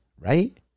right